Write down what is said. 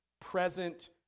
present